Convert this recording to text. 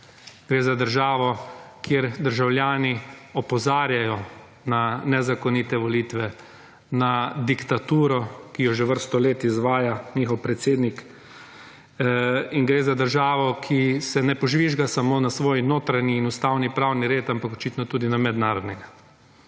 Gre za državo, kjer državljani opozarjajo na nezakonite volitve, na diktaturo, ki jo že vrsto let izvaja njihove predsednik. In gre za državo, ki se ne požvižga samo na svoj notranji in ustavni pravni red ampak očitno tudi na mednarodnega.